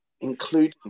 including